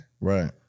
right